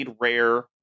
rare